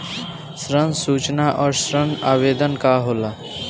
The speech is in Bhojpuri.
ऋण सूचना और ऋण आवेदन का होला?